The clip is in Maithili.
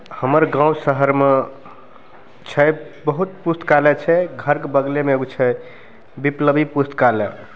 हमर गाँव शहरमे छै बहुत पुस्तकालय छै घरके बगलेमे एगो छै विप्लवी पुस्तकालय